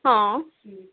ହଁ